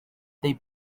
they